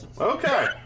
okay